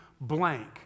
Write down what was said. blank